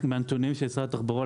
מהנתונים של משרד התחבורה,